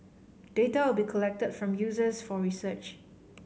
data will be collected from users for research